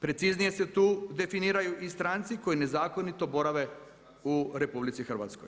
Preciznije se tu definiraju i stranci koji nezakonito borave u RH.